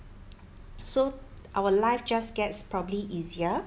so our life just gets probably easier